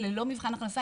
הכנסה.